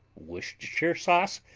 worcestershire sauce,